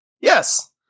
Yes